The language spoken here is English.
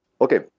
okay